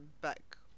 back